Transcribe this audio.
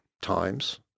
times